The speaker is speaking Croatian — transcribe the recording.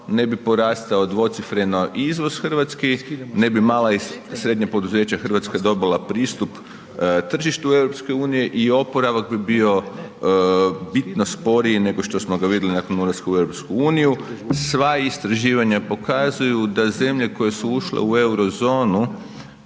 ne bi porastao dvocifreno i izvoz hrvatske, ne bi mala i srednja poduzeća Hrvatske dobila pristup tržištu Europske unije i oporavak bi bio bitno sporiji nego što smo ga vidjeli nakon ulaska u Europsku uniju. Sva istraživanja pokazuju da zemlje koje su ušle u euro-zonu